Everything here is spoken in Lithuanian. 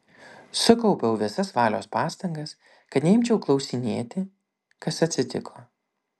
sukaupiau visas valios pastangas kad neimčiau klausinėti kas atsitiko